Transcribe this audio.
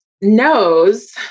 knows